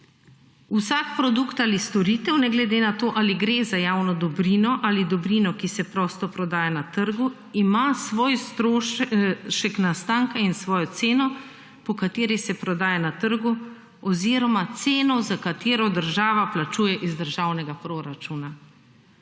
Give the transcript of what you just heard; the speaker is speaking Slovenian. Vsak produkt ali storitev ne glede na to ali gre za javno dobrino ali dobrino, ki se prosto prodaja na trgu, ima svoj strošek nastanka in svojo ceno po kateri se prodaja na trgu oziroma ceno za katero država plačuje iz državnega proračuna.